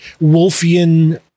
Wolfian